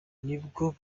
nibwo